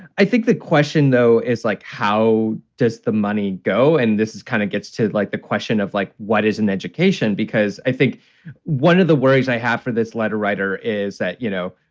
i think the question, though, is like, how does the money go? and this is kind of gets to like the question of like, what is an education? because i think one of the worries i have for this letter writer is that, you know,